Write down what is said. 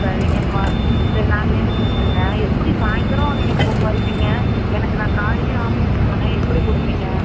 சரிங்கம்மா சரி நாளைலிருந்து கொடுத்துடுங்க எப்படி சாயந்திரம் நீங்கள் பூ பறிப்பீங்க எனக்கு நான் காலையிலே ஆஃபீஸ் போயிவிடுவேனே எப்படி கொடுப்பீங்க